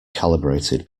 calibrated